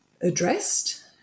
addressed